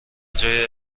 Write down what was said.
جای